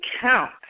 count